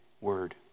word